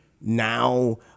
now